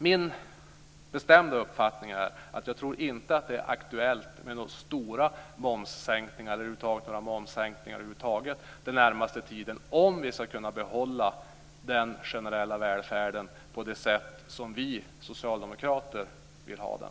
Min bestämda uppfattning är att jag inte tror att det är aktuellt med några stora momssänkningar, eller några momssänkningar över huvud taget, den närmaste tiden om vi ska kunna behålla den generella välfärden på det sätt som vi socialdemokrater vill ha den.